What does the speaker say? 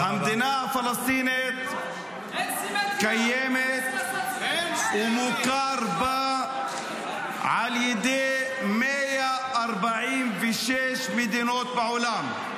המדינה הפלסטינית קיימת ומוכרת על ידי 146 מדינות בעולם,